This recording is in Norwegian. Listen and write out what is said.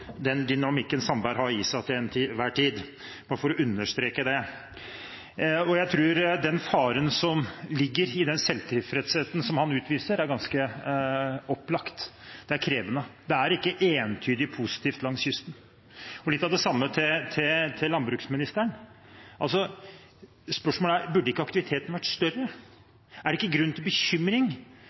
den dynamikken Sandberg har i seg til enhver tid – bare for å understreke det. Jeg tror den faren som ligger i den selvtilfredsheten som han utviser, er ganske opplagt. Det er krevende. Det er ikke entydig positivt langs kysten. Og litt av det samme til landbruksministeren. Spørsmålet er: Burde ikke aktiviteten vært større? Er det ikke en grunn til bekymring